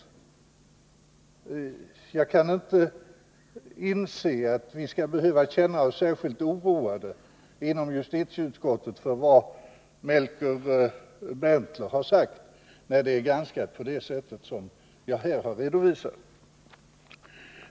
191 Jag kan inte inse att vi skall behöva känna oss särskilt oroade inom justitieutskottet för vad Melker Berntler har sagt, när ärendet är granskat på det sätt som jag här har redovisat.